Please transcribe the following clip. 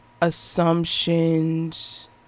assumptions